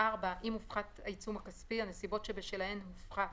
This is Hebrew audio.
אם הופחת העיצום הכספי הנסיבות שבשלהן הופחת